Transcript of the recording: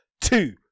two